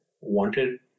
wanted